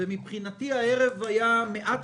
מבחינתי הערב היה מעט